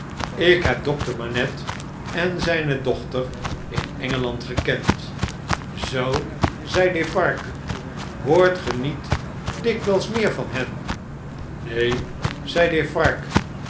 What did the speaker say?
lk heb dokter manette en zjjne dochter in engeland gekend zoo zei defarge hoort ge niet dikwn'ls meer van hen lsreen